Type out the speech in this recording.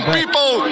people